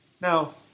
Now